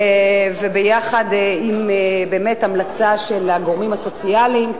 עם באמת המלצה של הגורמים הסוציאליים,